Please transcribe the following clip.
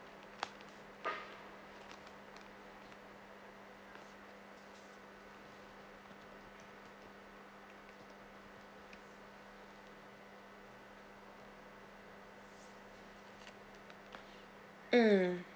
mm